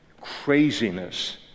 craziness